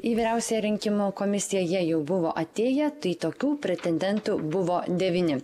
į vyriausią rinkimų komisiją jie jau buvo atėję tai tokių pretendentų buvo devyni